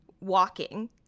walking